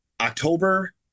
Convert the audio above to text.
october